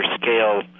scale